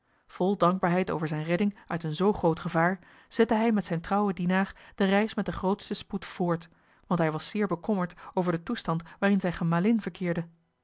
vol dankbaarheid over zijne redding uit een zoo groot gevaar zette hij met zijn trouwen dienaar de reis met den grootsten spoed voort want hij was zeer bekommerd over den toestand waarin zijne gemalin verkeerde